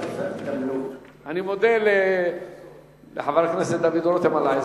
הצעת החוק נתקבלה ותועבר לוועדת העבודה,